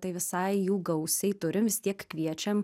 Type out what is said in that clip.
tai visai jų gausiai turim vis tiek kviečiam